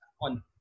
on